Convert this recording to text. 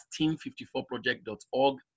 team54project.org